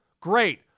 Great